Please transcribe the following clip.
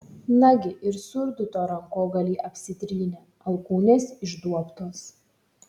nagi ir surduto rankogaliai apsitrynę alkūnės išduobtos